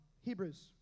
Hebrews